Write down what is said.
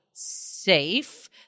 Safe